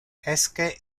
esque